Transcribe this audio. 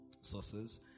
sources